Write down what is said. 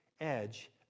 edge